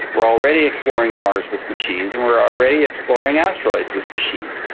we're already exploring mars with machines and we're already exploring asteroids with machines,